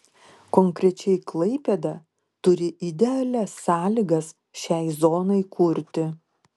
konkrečiai klaipėda turi idealias sąlygas šiai zonai kurti